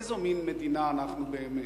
איזה מין מדינה אנחנו באמת.